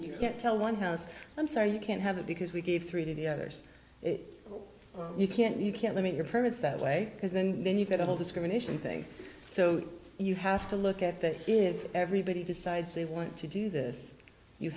you can't tell one house i'm sorry you can't have it because we gave three to the others you can't you can't meet your parents that way because then you've got a whole discrimination thing so you have to look at that if everybody decides they want to do this you